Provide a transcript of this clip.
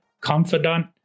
confidant